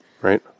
Right